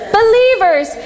believers